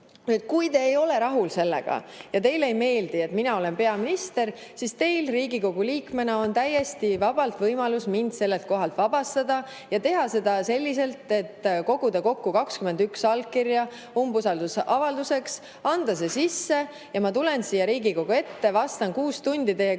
Kui te ei ole sellega rahul ja teile ei meeldi, et mina olen peaminister, siis on teil Riigikogu liikmena täiesti vabalt võimalus mind sellelt kohalt vabastada ja teha seda selliselt, et kogute kokku 21 allkirja umbusaldusavalduseks, annate selle sisse ja ma tulen siia Riigikogu ette ja vastan kuus tundi teie küsimustele